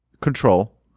control